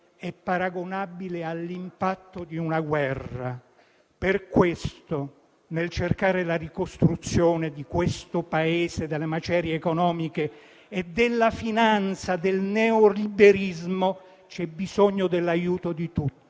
è paragonabile all'impatto di una guerra. Per questo nel cercare la ricostruzione di questo Paese dalle macerie economiche e della finanza del neoliberismo c'è bisogno dell'aiuto di tutti,